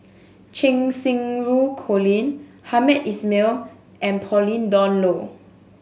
Cheng Xinru Colin Hamed Ismail and Pauline Dawn Loh